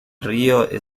río